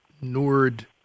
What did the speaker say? NORD